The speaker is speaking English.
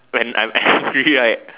when I'm angry right